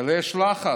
אלא יש לחץ,